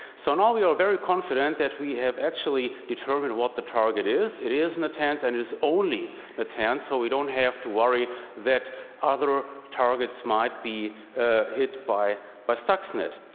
so in all, we are very confident that we have actually determined what the target is. it is natanz, and it is only natanz. so we don't have to worry that other targets might be hit by by stuxnet.